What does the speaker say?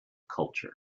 culture